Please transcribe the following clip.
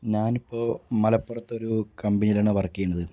ഞാൻ ഇപ്പോൾ മലപ്പുറത്ത് ഒരു കമ്പനീലാണ് വർക്ക് ചെയ്യുന്നത്